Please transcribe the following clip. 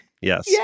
Yes